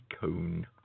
cone